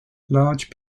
large